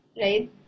Right